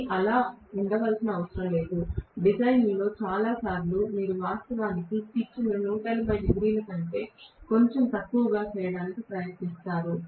కానీ అలా ఉండవలసిన అవసరం లేదు డిజైన్లో చాలా సార్లు వారు వాస్తవానికి పిచ్ను 180 డిగ్రీల కంటే కొంచెం తక్కువగా చేయడానికి ప్రయత్నిస్తారు